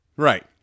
Right